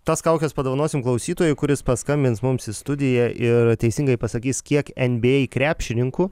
tas kaukes padovanosim klausytojui kuris paskambins mums į studiją ir teisingai pasakys kiek nba krepšininkų